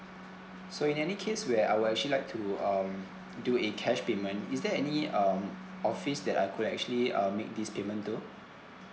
so in any case where I would actually like to um do a cash payment is there any um office that I could actually uh make this payment to